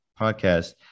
podcast